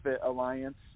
Alliance